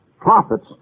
prophets